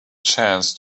chance